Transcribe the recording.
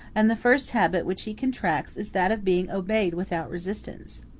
and the first habit which he contracts is that of being obeyed without resistance.